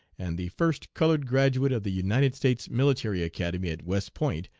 and the first colored graduate of the united states military academy at west point,